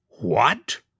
What